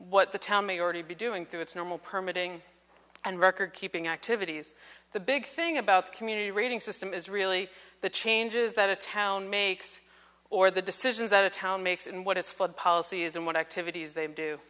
what the town may already be doing through its normal permit ing and record keeping activities the big thing about community rating system is really the changes that a town makes or the decisions out of town makes and what it's flood policy is and what activities they do